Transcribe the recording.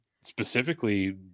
specifically